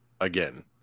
again